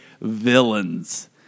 villains